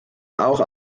auch